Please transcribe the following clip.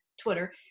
Twitter